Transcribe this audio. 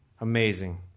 Amazing